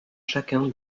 chacun